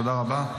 תודה רבה.